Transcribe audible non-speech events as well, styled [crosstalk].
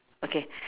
okay [breath]